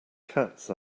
cats